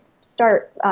start